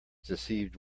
deceived